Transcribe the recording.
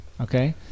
okay